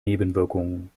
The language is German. nebenwirkungen